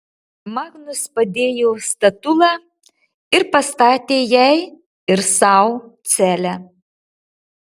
magnus padėjo statulą ir pastatė jai ir sau celę